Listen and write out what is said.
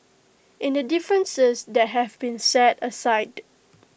in the differences that have been set aside